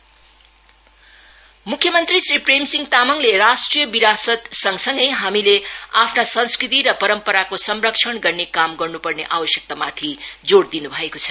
CM Buddhist conclave मुख्य मन्त्री श्री प्रेम सिंह तामाङले राष्ट्रिय विरासत सँगसँगै हामीले आफ्ना संस्कृति र परम्पराको संरक्षण गर्ने काम गर्नुपर्ने आवश्यकतामाथि जोड़ दिनु भएको छ